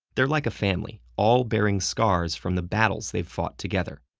they're like a family, all bearing scars from the battles they've fought together.